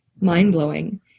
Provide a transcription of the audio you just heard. mind-blowing